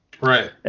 Right